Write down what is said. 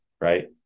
Right